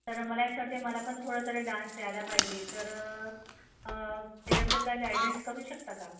तर मला यासाठी मला पण थोडं तरी डान्स यायला पाहिजे तर त्याच्याबद्दल काय गाइडन्स करू शकता का